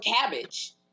cabbage